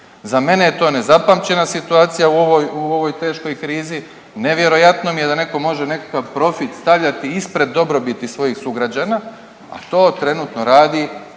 Za mene je to nezapamćena situacija u ovoj teškoj krizi. Nevjerojatno mi je da netko može nekakav profit stavljati ispred dobrobiti svojih sugrađana, a to trenutno radi